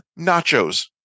nachos